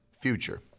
future